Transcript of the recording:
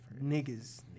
niggas